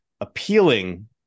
appealing